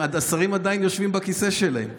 השרים עדיין יושבים בכיסא שלהם.